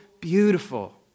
beautiful